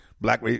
Black